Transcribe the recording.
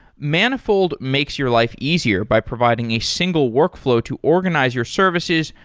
manifold makes your life easier by providing a single workflow to organize your services,